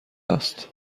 است